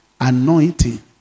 Anointing